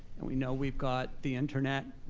and we know we've got the internet.